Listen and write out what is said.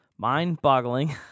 mind-boggling